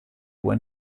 when